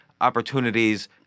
opportunities